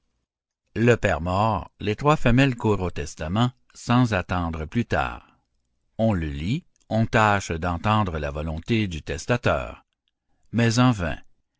le père mort les trois femelles courent au testament sans attendre plus tard on le lit on tâche d'entendre la volonté du testateur mais en vain